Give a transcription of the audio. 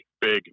big